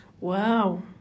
Wow